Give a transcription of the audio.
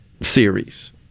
series